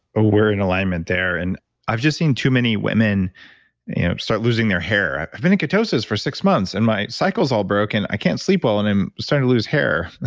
ah we're in alignment there. and i've just seen too many women start losing their hair. i've been in ketosis for six months, and my cycle is all broken. i can't sleep well and i'm starting to lose hair.